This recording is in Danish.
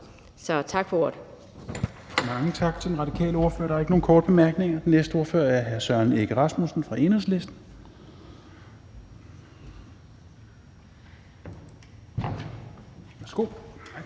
Helveg Petersen): Mange tak til den radikale ordfører. Der er ikke nogen korte bemærkninger. Den næste ordfører er hr. Søren Egge Rasmussen fra Enhedslisten. Værsgo.